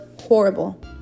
horrible